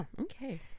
Okay